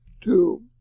two